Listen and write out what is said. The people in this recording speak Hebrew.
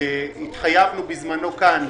התחייבנו בזמנו כאן,